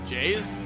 Jays